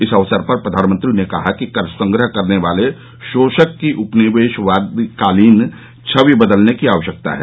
इस अवसर पर प्रधानमंत्री ने कहा कि कर संग्रह करने वाले शोषक की उपनिवेशकालीन छवि बदलने की आवश्यकता है